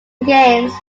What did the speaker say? games